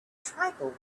tribal